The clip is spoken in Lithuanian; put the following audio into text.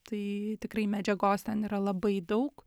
tai tikrai medžiagos ten yra labai daug